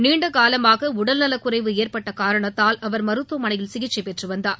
நீண்ட காலமாக உடல்நலக் குறைவு ஏற்பட்ட காரணத்தால் அவர் மருத்துவமனையில் சிகிச்சை பெற்று வந்தார்